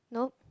nope